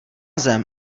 zem